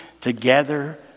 Together